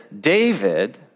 David